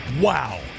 Wow